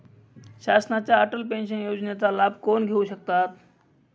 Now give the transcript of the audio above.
शासनाच्या अटल पेन्शन योजनेचा लाभ कोण घेऊ शकतात?